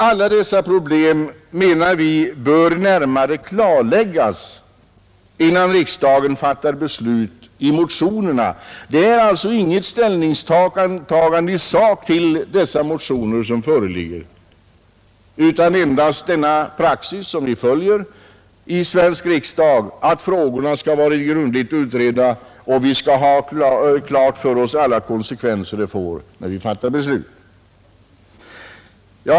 Alla dessa problem, menar vi, bör närmare klarläggas innan riksdagen fattar beslut i anledning av motionerna. Det föreligger alltså inget ställningstagande i sak till motionerna. Utskottet följer endast den praxis som råder i Sveriges riksdag: att frågorna skall vara grundligt utredda och att vi skall ha klart för oss alla konsekvenser det får när vi fattar beslut. Herr talman!